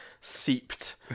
seeped